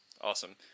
Awesome